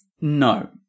No